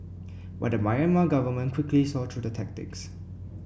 but the Myanmar government quickly saw through the tactics